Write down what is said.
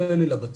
בוריס